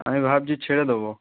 আমি ভাবছি ছেড়ে দোবো